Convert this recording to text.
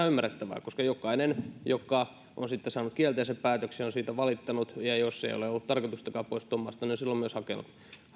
ymmärrettävää koska jokainen joka on sitten saanut kielteisen päätöksen on siitä valittanut ja jos ei ole ollut tarkoitustakaan poistua maasta on silloin hakenut